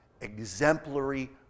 exemplary